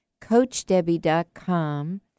Coachdebbie.com